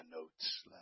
notes